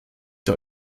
der